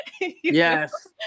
Yes